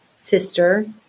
sister